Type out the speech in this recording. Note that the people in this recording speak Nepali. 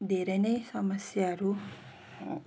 धेरै नै समस्याहरू